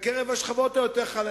בקרב השכבות החלשות יותר,